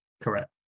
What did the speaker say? correct